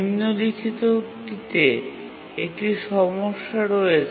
নিম্নলিখিতটিতে একটি সমস্যা রয়েছে